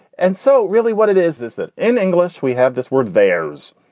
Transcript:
and so really what it is is that in english we have this word veirs.